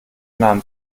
nahm